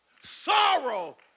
sorrow